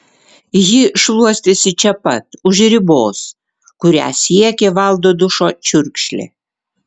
ji šluostėsi čia pat už ribos kurią siekė valdo dušo čiurkšlė